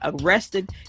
arrested